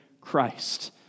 Christ